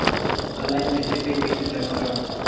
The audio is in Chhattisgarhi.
ऑनलाइन बिजली बिल कइसे जमा करव?